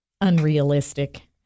unrealistic